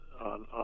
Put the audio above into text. on